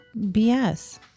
bs